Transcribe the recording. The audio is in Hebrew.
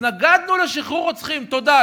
"התנגדנו לשחרור רוצחים" תודה,